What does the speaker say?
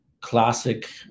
classic